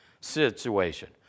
situation